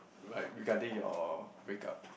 like regarding your break up